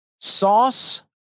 sauce